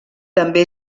també